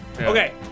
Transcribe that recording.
Okay